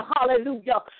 Hallelujah